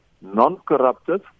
non-corruptive